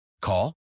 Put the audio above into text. Call